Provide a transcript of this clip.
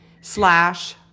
slash